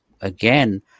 Again